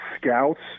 scouts